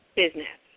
business